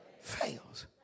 fails